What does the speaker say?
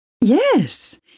Yes